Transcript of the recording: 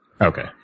Okay